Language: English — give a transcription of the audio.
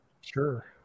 Sure